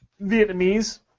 Vietnamese